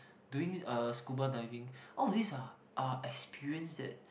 doing uh scuba diving all these are are experience that